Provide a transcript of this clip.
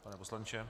Pane poslanče.